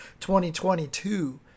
2022